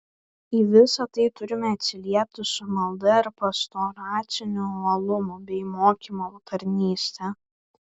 į visa tai turime atsiliepti su malda ir pastoraciniu uolumu bei mokymo tarnyste